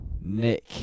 Nick